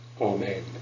Amen